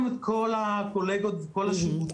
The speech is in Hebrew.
את כל הקולגות ואת כל השירותים הנדרשים.